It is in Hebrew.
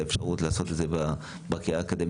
ואם לא הייתה לי האפשרות לעשות את זה בקריה האקדמית